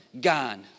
gone